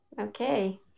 Okay